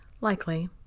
Likely